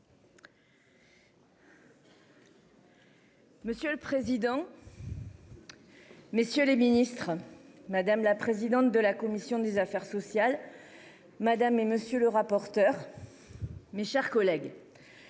Monsieur le président. Messieurs les ministres, madame la présidente de la commission des affaires sociales. Madame et monsieur le rapporteur. Mes chers collègues.